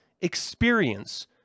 experience